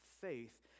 faith